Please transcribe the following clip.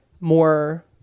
more